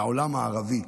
מהעולם הערבי,